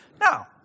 Now